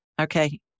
Okay